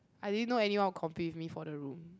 I didn't know anyone would compete with me for the room